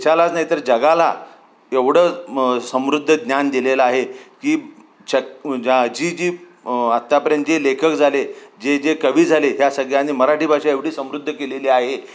देशालाच नाहीतर जगाला एवढं म समृद्ध ज्ञान दिलेलं आहे की छ जी जी आत्तापर्यंत जे लेखक झाले जे जे कवी झाले ह्या सगळ्यांनी मराठी भाषा एवढी समृद्ध केलेली आहे